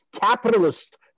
capitalist